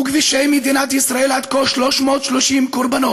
כבישי מדינת ישראל עד כה 330 קורבנות?